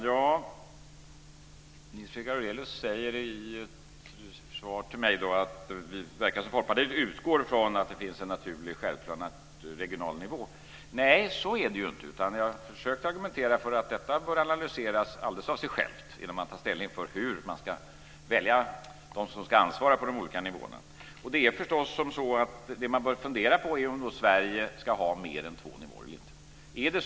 Fru talman! Nils Fredrik Aurelius säger i ett svar till mig att Folkpartiet verkar utgå från att det finns en naturlig självklar regional nivå. Nej, så är det inte. Jag försökte argumentera för att detta bör analyseras alldeles av sig självt innan ställning tas till hur man ska välja dem som ska ansvara på de olika nivåerna. Det man bör fundera på är förstås om Sverige ska ha mer än två nivåer eller inte.